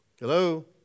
Hello